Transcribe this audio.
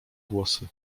głosy